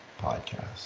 Podcast